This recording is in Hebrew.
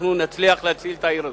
אנחנו נצליח להציל את העיר הזאת.